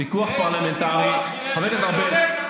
פיקוח פרלמנטרי, חבר הכנסת ארבל.